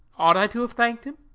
ought i to have thanked him?